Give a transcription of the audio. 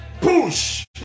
Push